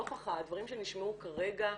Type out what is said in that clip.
נוכח הדברים שנשמעו כרגע,